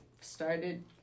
started